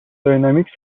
داینامیکس